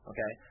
Okay